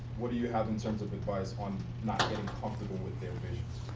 what do you have and terms of advice on not getting comfortable with their visions?